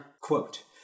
Quote